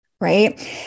Right